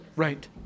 Right